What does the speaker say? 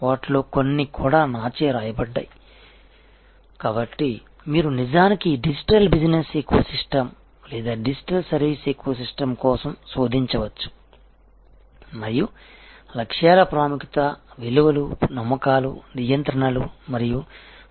వాటిలో కొన్ని కూడా నాచే వ్రాయబడ్డాయి కాబట్టి మీరు నిజానికి ఈ డిజిటల్ బిజినెస్ ఎకోసిస్టమ్ లేదా డిజిటల్ సర్వీస్ ఎకో సిస్టమ్ కోసం శోధించవచ్చు మరియు లక్ష్యాల ప్రాముఖ్యత విలువలు నమ్మకాలు నియంత్రణలు మరియు విధానాల ప్రాముఖ్యతను చూడవచ్చు